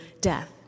death